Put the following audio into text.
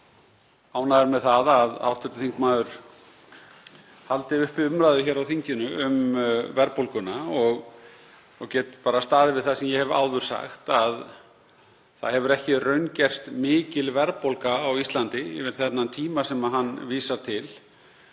Ég er ánægður með að hv. þingmaður haldi uppi umræðu hér á þinginu um verðbólguna og ég get bara staðið við það sem ég hef áður sagt að það hefur ekki raungerst mikil verðbólga á Íslandi yfir þennan tíma sem hann vísar til.